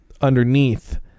Underneath